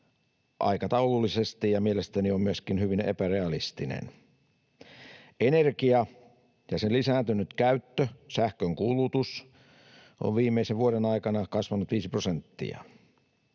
aikataulullisesti, mielestäni myöskin hyvin epärealistisesti. Energian lisääntynyt käyttö, sähkönkulutus, on viimeisen vuoden aikana kasvanut 5 prosenttia.